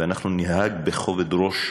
ואנחנו ננהג בכובד ראש,